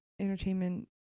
entertainment